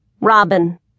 Robin